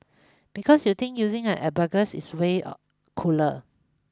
because you think using an abacus is way a cooler